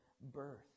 birth